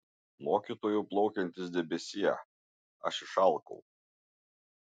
mokytojau plaukiantis debesie aš išalkau